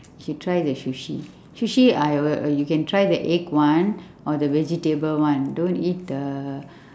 you should try the sushi sushi I will you can try the egg one or the vegetable one don't eat the